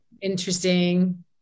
interesting